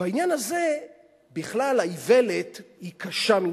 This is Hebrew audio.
בעניין הזה בכלל האיוולת היא קשה מנשוא.